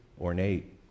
ornate